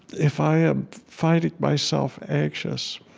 if i am finding myself anxious,